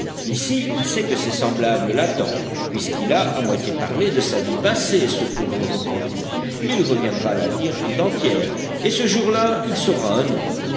ici il sait que ses semblables l'attendent puisqu'il a à moitié parlé de sa vie passée ce pauvre repenti il reviendra la dire tout entière et ce jour-là il sera à nous